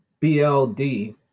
BLD